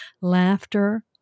Laughter